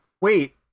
Wait